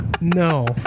No